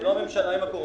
גם לא הממשלה עם הקורונה.